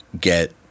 get